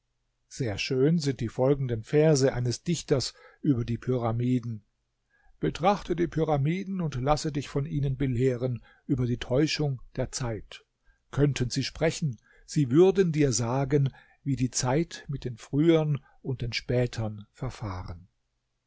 sehr schön sind die folgenden verse eines dichters über die pyramiden betrachte die pyramiden und lasse dich von ihnen belehren über die täuschung der zeit könnten sie sprechen sie würden dir sagen wie die zeit mit den frühern und den spätern verfahren